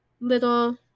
little